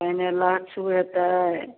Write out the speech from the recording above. फेर लहठी अयतै